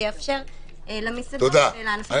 זה יאפשר למסעדות ולענפים